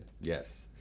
Yes